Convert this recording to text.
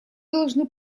должны